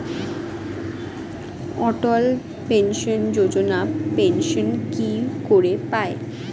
অটল pension Yojana pension কি করে পায়?